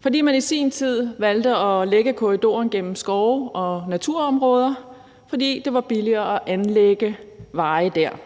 fordi man i sin tid valgte at lægge korridoren gennem skove og naturområder, fordi det var billigere at anlægge veje dér.